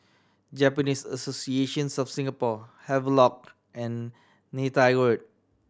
Japanese Association of Singapore Havelock and Neythai Road